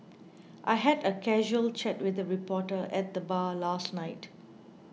I had a casual chat with a reporter at the bar last night